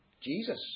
Jesus